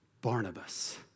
Barnabas